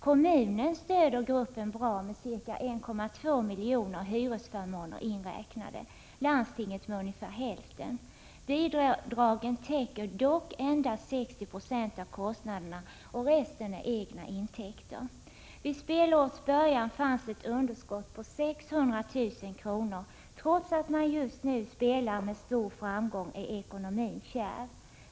Kommunen stöder gruppen på ett bra sätt med ca 1,2 milj.kr., hyresförmåner inräknade, landstinget med ungefär hälften. Bidragen täcker dock endast 60 96 av kostnaderna; resten är egna intäkter. Vid spelårets början fanns ett underskott på 600 000 kr. Trots att man just nu spelar med stor framgång är ekonomin kärv.